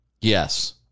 Yes